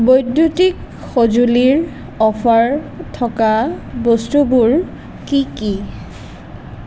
বৈদ্যুতিক সঁজুলিৰ অ'ফাৰ থকা বস্তুবোৰ কি কি